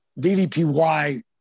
DDPY